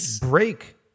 break